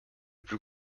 plus